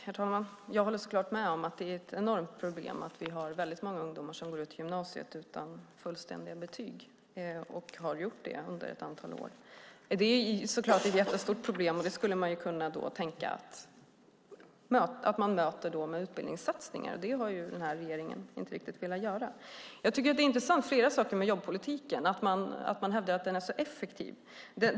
Herr talman! Jag håller så klart med om att det är ett enormt problem att vi har väldigt många ungdomar som går ut gymnasiet utan fullständiga betyg, som det har varit under ett antal år. Det skulle man kunna tänka sig ska mötas med utbildningssatsningar, men det har regeringen inte riktigt velat göra. Det är flera saker som är intressanta med jobbpolitiken och att man hävdar att den är så effektiv.